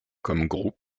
group